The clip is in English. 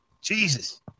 Jesus